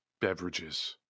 beverages